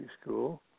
school